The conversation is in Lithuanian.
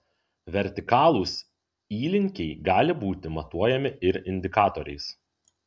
vertikalūs įlinkiai gali būti matuojami ir indikatoriais